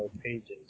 pages